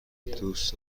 دوست